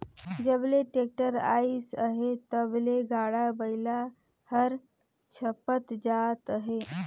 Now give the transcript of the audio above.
जब ले टेक्टर अइस अहे तब ले गाड़ा बइला हर छपत जात अहे